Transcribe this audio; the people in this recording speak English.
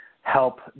help